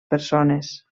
persones